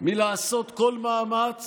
מלעשות כל מאמץ